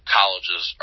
colleges